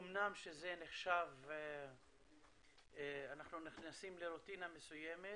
אמנם זה נחשב שאנחנו נכנסים לרוטינה מסוימת,